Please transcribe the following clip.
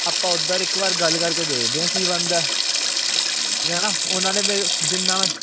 ਆਪਾਂ ਉਧਰ ਇੱਕ ਵਾਰ ਗੱਲ ਕਰਕੇ ਦੇਖਦੇ ਹਾਂ ਕੀ ਬਣਦਾ ਠੀਕ ਨਾਹੈ ਉਨ੍ਹਾਂ ਨੇ ਫਿਰ ਦਿੰਦਾ ਮੈਂ